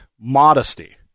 modesty